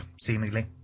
seemingly